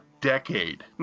decade